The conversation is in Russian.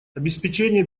обеспечение